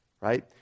Right